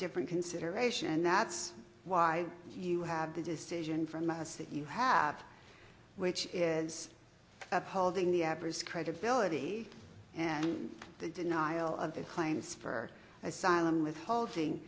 different consideration and that's why you have the decision from us that you have which is upholding the average credibility and the denial of their claims for asylum withholding